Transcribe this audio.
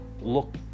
look